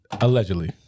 Allegedly